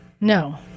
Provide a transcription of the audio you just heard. No